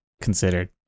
considered